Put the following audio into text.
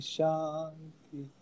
Shanti